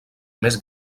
més